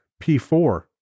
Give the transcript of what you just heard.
P4